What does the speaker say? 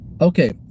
okay